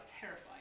terrified